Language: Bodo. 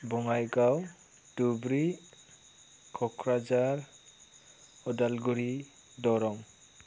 बङाइगाव दुब्रि क'क्राझार उदालगुरि दरं